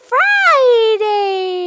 Friday